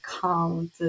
count